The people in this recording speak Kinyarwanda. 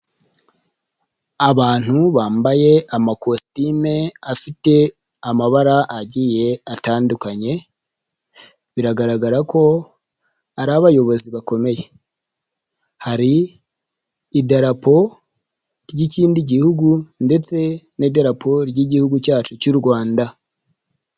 Abantu bambaye amakositime afite amabara agiye atandukanye biragaragara ko ari abayobozi bakomeye hari idarapo ry'ikindi gihugu ndetse n'idarapo ry'Igihugu cyacu cy'u Rwanda.